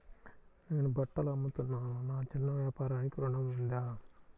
నేను బట్టలు అమ్ముతున్నాను, నా చిన్న వ్యాపారానికి ఋణం ఉందా?